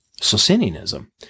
Socinianism